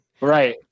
Right